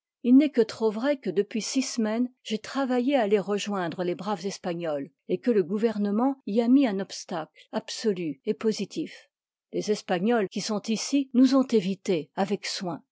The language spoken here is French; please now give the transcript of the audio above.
il n'est que trop vrai que depuis six semaines j'ai travaillé à aller rejoindre îîies braves espagnols et que le gouvernement y a mis un obstacle absolu et j pisilif les espagnols qui sont ici nous ont évités avec soin